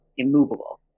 immovable